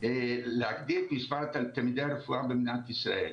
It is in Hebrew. להגדיל את מספר תלמידי הרפואה במדינת ישראל.